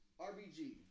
RBG